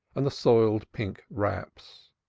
and the soiled pink wraps.